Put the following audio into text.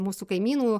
mūsų kaimynų